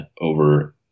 over